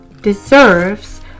deserves